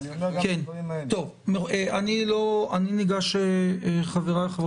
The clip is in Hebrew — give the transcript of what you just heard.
אני אומר גם את הדברים האלה.